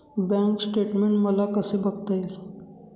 Bank statement मला कसे बघता येईल?